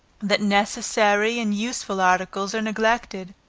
that necessary and useful articles are neglected,